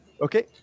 Okay